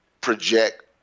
project